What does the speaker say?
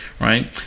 right